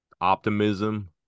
optimism